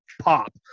pop